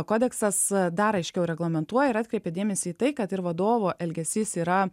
kodeksas dar aiškiau reglamentuoja ir atkreipia dėmesį į tai kad ir vadovo elgesys yra